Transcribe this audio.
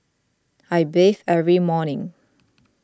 I bathe every morning